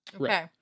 okay